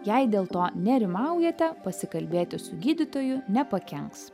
jei dėl to nerimaujate pasikalbėti su gydytoju nepakenks